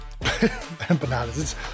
empanadas